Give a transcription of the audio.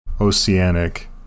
oceanic